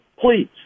please